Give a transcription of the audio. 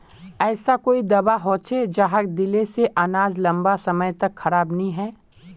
ऐसा कोई दाबा होचे जहाक दिले से अनाज लंबा समय तक खराब नी है?